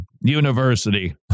University